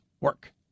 work